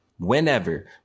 Whenever